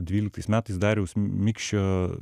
dvyliktais metais dariaus mikšio